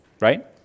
right